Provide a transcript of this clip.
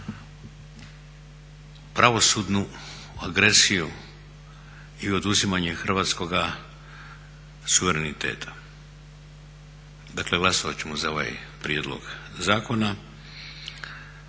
pravosudnu agresiju i oduzimanje hrvatskoga suvereniteta. Dakle, glasovat ćemo za ovaj prijedlog zakona